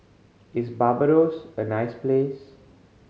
is Barbados a nice place